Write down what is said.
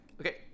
Okay